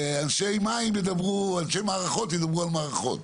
אנשי המערכות ידברו על המערכות.